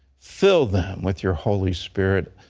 fill them with your holy spirit.